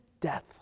death